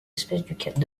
espèces